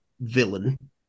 villain